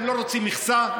הם לא רוצים מכסה,